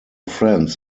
friends